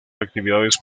actividades